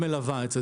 מלווה את זה.